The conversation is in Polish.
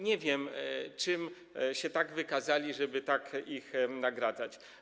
Nie wiem, czym się wykazali, żeby tak ich nagradzać.